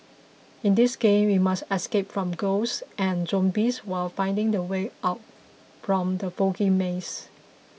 in this game you must escape from ghosts and zombies while finding the way out from the foggy maze